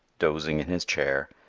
dozing in his chair,